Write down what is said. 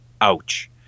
Ouch